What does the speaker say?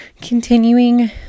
continuing